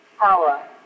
power